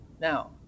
Now